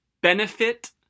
benefit